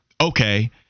okay